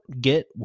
get